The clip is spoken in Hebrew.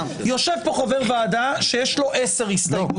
יושב פה חבר ועדה שיש לו עשר הסתייגויות,